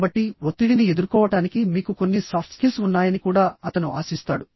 కాబట్టి ఒత్తిడిని ఎదుర్కోవటానికి మీకు కొన్ని సాఫ్ట్ స్కిల్స్ ఉన్నాయని కూడా అతను ఆశిస్తాడు